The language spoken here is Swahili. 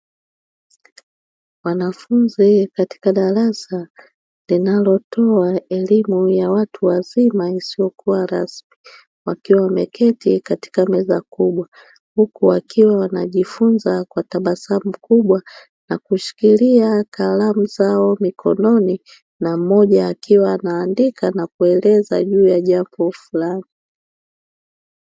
Wanafunzi katika darasa linalotoa elimu ya watu wazima isiyokuwa rasmi, wakiwa wameketi katika meza kubwa, huku wakiwa wanajifunza kwa tabasamu kubwa na kushikilia kalamu zao mikononi na mmoja akiwa anaandika na kueleza juu ya jambo fulani.